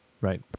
Right